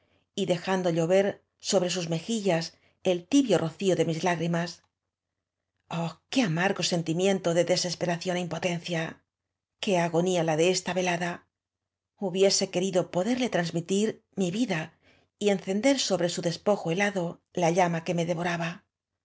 y dejando llover sobre sus mejillas el tibio rocío de mlsiá grimas ia h qué amargo sentimiento de deses peración é impotencia qué agonfa la de esta velada hubiese querido poderle transmitir mi vida y encender sobre su despojo helado la lla ma que me devoraba